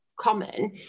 common